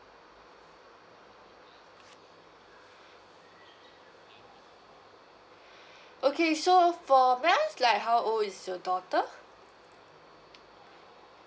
okay so for may I ask like how old is your daughter